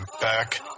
back